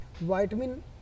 Vitamin